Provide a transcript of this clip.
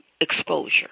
exposure